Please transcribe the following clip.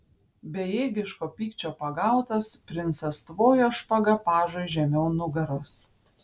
bejėgiško pykčio pagautas princas tvojo špaga pažui žemiau nugaros